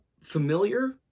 familiar